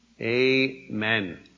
Amen